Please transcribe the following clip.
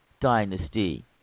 dynasty